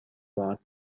bought